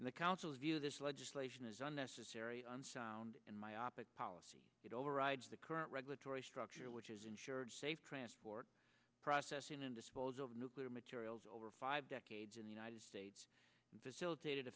in the council's view this legislation is unnecessary unsound and myopic policy it overrides the current regulatory structure which has ensured safe transport processing and disposal of nuclear materials over five decades in the united states and facilitated a